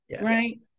right